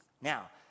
Now